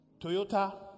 Toyota